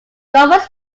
golfers